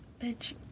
bitch